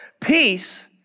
Peace